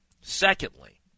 Secondly